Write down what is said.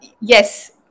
yes